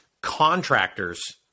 contractors